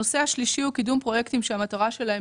נושא שלישי הוא קידום פרויקטים שהמטרה שלהם